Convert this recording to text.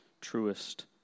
truest